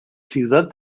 ciudad